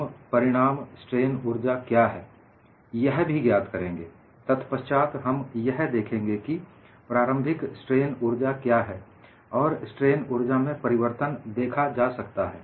हम परिणाम स्ट्रेन ऊर्जा क्या है यह भी ज्ञात करेंगे तत्पश्चात हम यह देखेंगे कि प्रारंभिक स्ट्रेन ऊर्जा क्या है और स्ट्रेन ऊर्जा में परिवर्तन देखा जा सकता है